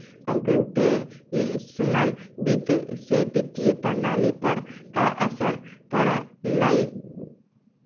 computational वित्त से वित्तीय प्रणाली पर का असर पड़लइ